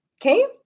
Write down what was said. okay